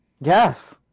Yes